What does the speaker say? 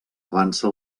avança